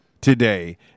today